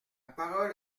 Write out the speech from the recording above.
parole